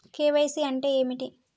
KYC అంటే ఏమిటి?